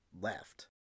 left